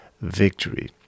victory